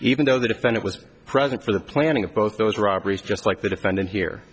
even though the defendant was present for the planning of both those robberies just like the defendant here